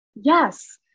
Yes